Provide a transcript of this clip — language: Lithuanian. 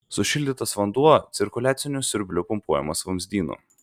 sušildytas vanduo cirkuliaciniu siurbliu pumpuojamas vamzdynu